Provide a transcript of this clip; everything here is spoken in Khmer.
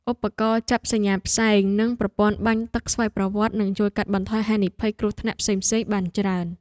ឧបករណ៍ចាប់សញ្ញាផ្សែងនិងប្រព័ន្ធបាញ់ទឹកស្វ័យប្រវត្តិនឹងជួយកាត់បន្ថយហានិភ័យគ្រោះថ្នាក់ផ្សេងៗបានច្រើន។